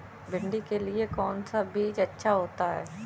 भिंडी के लिए कौन सा बीज अच्छा होता है?